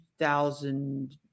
2000